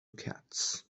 cats